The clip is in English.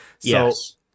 Yes